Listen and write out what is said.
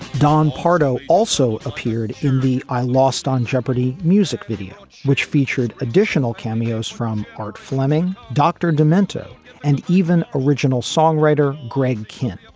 don pardo also appeared in the i lost on jeopardy! music video, which featured additional cameos from art fleming, dr. demento and even original songwriter greg kinne.